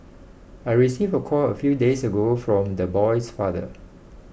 I received the call a few days ago from the boy's father